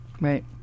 right